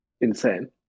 insane